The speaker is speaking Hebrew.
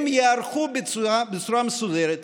הם ייערכו בצורה מסודרת,